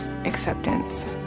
Acceptance